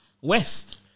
west